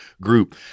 group